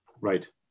Right